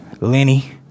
Lenny